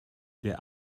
der